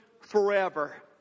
forever